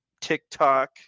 TikTok